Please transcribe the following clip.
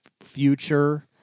future